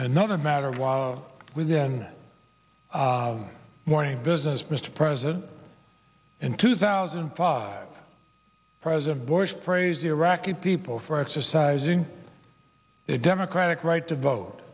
another matter while within morning business mr president in two thousand and five president bush praised the iraqi people for exercising their democratic right to vote